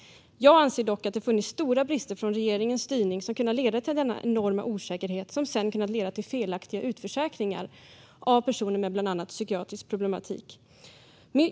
Jag anser dock att det har funnits stora brister i regeringens styrning som har kunnat leda till denna enorma osäkerhet som sedan har kunnat leda till felaktiga utförsäkringar av personer med bland annat psykiatrisk problematik.